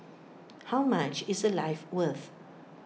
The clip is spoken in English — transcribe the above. how much is A life worth